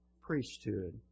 priesthood